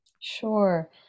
Sure